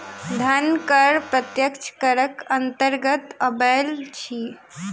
धन कर प्रत्यक्ष करक अन्तर्गत अबैत अछि